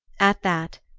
at that,